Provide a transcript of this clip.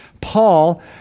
Paul